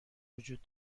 وجود